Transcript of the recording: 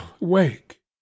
wake